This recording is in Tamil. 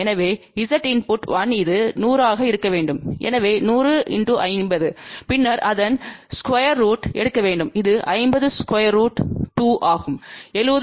எனவே Z இன்புட் 1 இது 100 ஆக இருக்க வேண்டும் எனவே 100×50 பின்னர் அதன் ஸ்கொயர் ரூட்த்தை எடுக்க வேண்டும் இது 50√ 2ஆகவும் 70